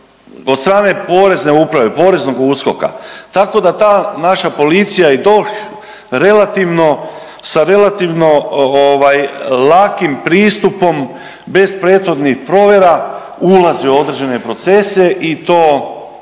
od strane Porezne uprave, poreznog USKOK-a tako da ta naša policija i DORH relativno, sa relativno lakim pristupom bez prethodnih provjera ulaze u određene procese i to